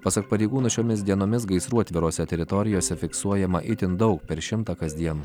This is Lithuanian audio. pasak pareigūnų šiomis dienomis gaisrų atvirose teritorijose fiksuojama itin daug per šimtą kasdien